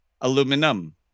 Aluminum